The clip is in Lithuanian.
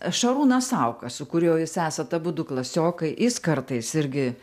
šarūnas sauka su kuriuo jūs esat abudu klasiokai jis kartais irgi